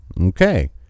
Okay